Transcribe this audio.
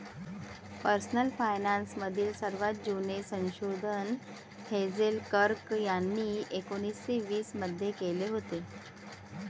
personal finance मधील सर्वात जुने संशोधन हेझेल कर्क यांनी एकोन्निस्से वीस मध्ये केले होते